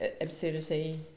absurdity